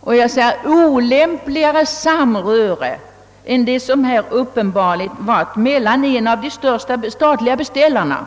Och jag måste säga, att olämpligare samröre än det som här uppenbarligen förekommit mellan en av de största statliga beställarna